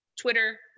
Twitter